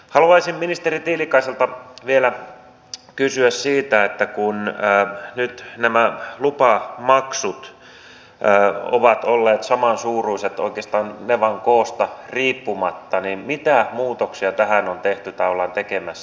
haluaisin ministeri tiilikaiselta vielä kysyä siitä että kun nyt nämä lupamaksut ovat olleet samansuuruiset oikeastaan nevan koosta riippumatta niin mitä muutoksia tähän on tehty tai ollaan tekemässä